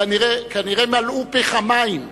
כנראה מלאו פיך מים.